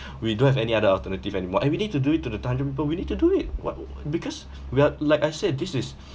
we don't have any other alternative anymore and we need to do it to the time we need to do it wha~ because we are like I said this is